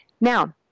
Now